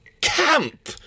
camp